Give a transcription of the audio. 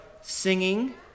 singing